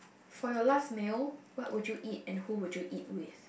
for your last meal what would you eat and who would you eat with